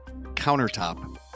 Countertop